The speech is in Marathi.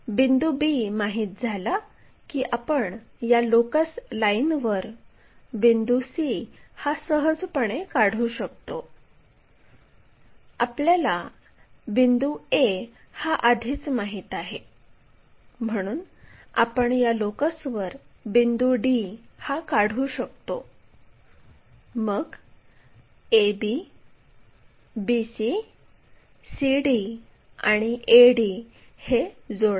आपल्याला d माहित झाल्यावर प्रोजेक्टर लोकस काढा आधीपासूनच c ते d1 ही खरी लांबी आहे म्हणून c ते d1 मोजा आणि c पासून d1 या लोकसवर कट करा आणि त्यास d1' असे म्हणू